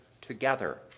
together